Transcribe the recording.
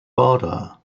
border